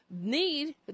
need